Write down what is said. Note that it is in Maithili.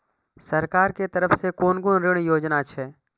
सरकार के तरफ से कोन कोन ऋण योजना छै?